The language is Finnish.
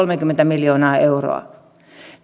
kolmekymmentä miljoonaa euroa